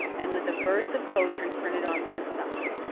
and with a verse of poetry printed on one side,